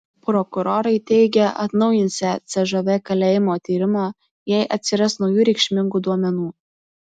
prokurorai teigia atnaujinsią cžv kalėjimo tyrimą jei atsiras naujų reikšmingų duomenų